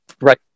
Right